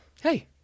Hey